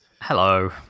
Hello